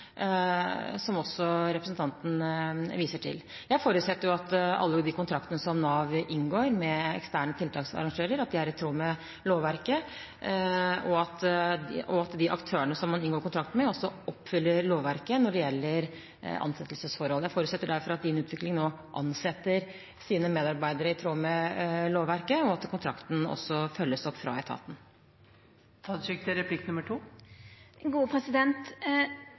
som representanten tar opp. Nå har advokatfirmaet kommet med en rapport, som også representanten viser til. Jeg forutsetter at alle de kontraktene som Nav inngår med eksterne tiltaksarrangører, er i tråd med lovverket, og at de aktørene som man inngår kontrakt med, oppfyller lovverket når det gjelder ansettelsesforhold. Jeg forutsetter derfor at Din Utvikling nå ansetter sine medarbeidere i tråd med lovverket, og at kontraktene også følges opp fra etaten.